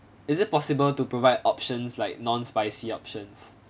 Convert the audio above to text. is it possible to provide options like non-spicy options